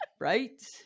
Right